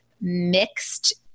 mixed